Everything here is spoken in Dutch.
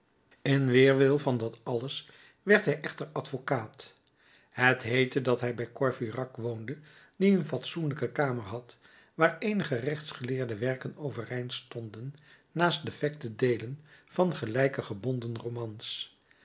in weerwil van dat alles werd hij echter advocaat het heette dat hij bij courfeyrac woonde die een fatsoenlijke kamer had waar eenige rechtsgeleerde werken overeind stonden naast defecte deelen van gelijk gebonden romans